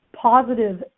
positive